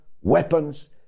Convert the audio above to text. weapons